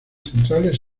centrales